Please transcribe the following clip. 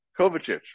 Kovacic